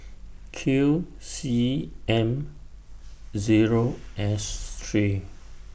Q C M Zero S three